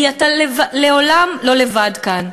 היא: אתה לעולם לא לבד כאן,